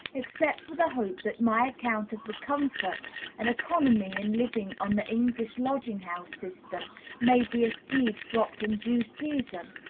except for the hope that my account of the comfort and economy in living on the english lodging-house system may be a seed dropped in due season,